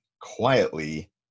quietly